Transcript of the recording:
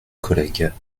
collègues